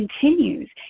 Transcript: continues